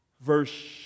verse